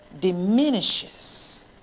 diminishes